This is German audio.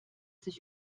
sich